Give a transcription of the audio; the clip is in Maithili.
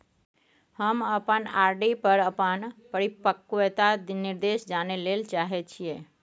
हम अपन आर.डी पर अपन परिपक्वता निर्देश जानय ले चाहय छियै